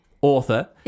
author